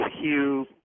Hugh